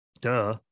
duh